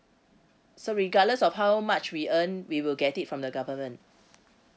so regardless of how much we earn we will get it from the government